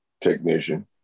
technician